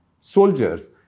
soldiers